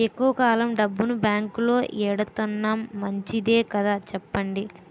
ఎక్కువ కాలం డబ్బును బాంకులో ఎడతన్నాం మంచిదే కదా చెప్పండి